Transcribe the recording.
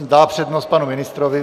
Dá přednost panu ministrovi.